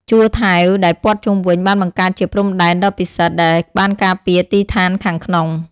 ជួរថែវដែលព័ទ្ធជុំវិញបានបង្កើតជាព្រំដែនដ៏ពិសិដ្ឋដែលបានការពារទីស្ថានខាងក្នុង។